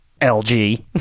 LG